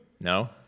No